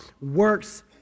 works